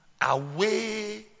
away